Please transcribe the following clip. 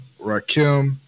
Rakim